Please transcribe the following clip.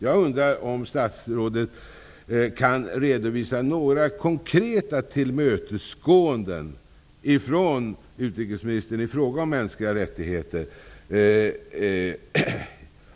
Jag undrar om statsrådet kan redovisa några konkreta tillmötesgåenden ifrån utrikesministern i fråga om mänskliga rättigheter.